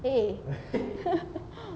eh